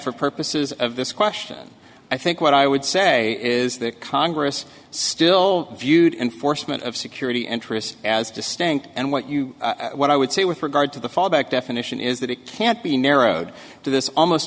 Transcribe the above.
for purposes of this question i think what i would say is that congress still viewed enforcement of security interests as distinct and what you what i would say with regard to the fallback definition is that it can't be narrowed to this almost